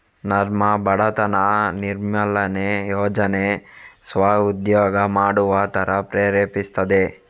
ನರ್ಮ್ ಬಡತನ ನಿರ್ಮೂಲನೆ ಯೋಜನೆ ಸ್ವ ಉದ್ಯೋಗ ಮಾಡುವ ತರ ಪ್ರೇರೇಪಿಸ್ತದೆ